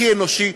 הכי אנושי,